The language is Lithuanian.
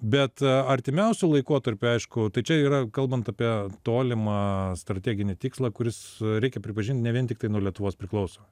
bet artimiausiu laikotarpiu aišku tai čia yra kalbant apie tolimą strateginį tikslą kuris reikia pripažint ne vien tiktai nuo lietuvos priklauso